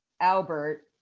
Albert